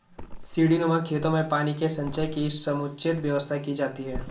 सीढ़ीनुमा खेतों में पानी के संचय की समुचित व्यवस्था की जाती है